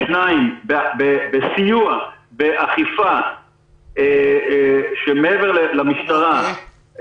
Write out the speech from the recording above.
שניים בסיוע באכיפה שמעבר למשטרה,